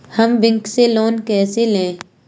हम बैंक से लोन कैसे लें?